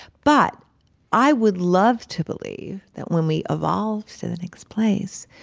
but i would love to believe that, when we evolve to the next place,